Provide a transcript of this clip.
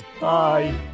Bye